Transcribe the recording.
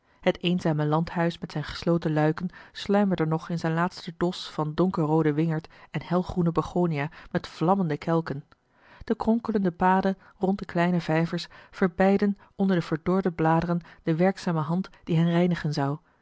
het eenzame landhuis met zijn gesloten luiken sluimerde nog in zijn laatsten dos van donkerroode wingerd en helgroene begonia met vlammende kelken de kronkelende paden rond de kleine vijvers verbeidden onder de verdorde bladeren de werkzame hand die hen reinigen zou